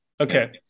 Okay